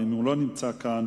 ואם הוא לא יהיה כאן,